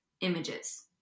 images